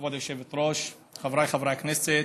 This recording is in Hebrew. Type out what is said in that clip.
כבוד היושבת-ראש, חבריי חברי הכנסת,